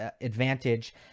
advantage